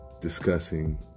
discussing